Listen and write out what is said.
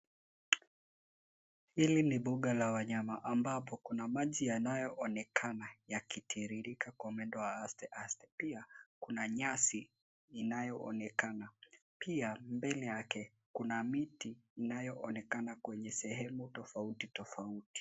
Hili ni mbuga la wanyama ambapo kuna maji yanayoonekana yakitiririka kwa mwendo wa aste aste, pia kuna nyasi inayoonekana. Pia mbele yake kuna miti inayoonekana kwenye sehemu tofauti tofauti.